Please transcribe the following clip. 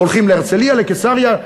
הולכים להרצלייה, לקיסריה.